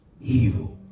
evil